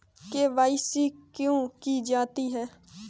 KYC क्यों की जाती है?